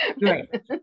right